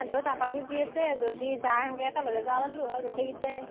সেন্ধেও যাব খুজি আছে যদি যা সেনকৈ একেলগে যাব পাৰিলোঁ হয় গোটেকেইটাই